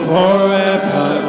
Forever